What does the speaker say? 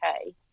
okay